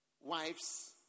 wives